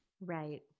right